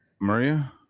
Maria